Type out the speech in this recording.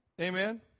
Amen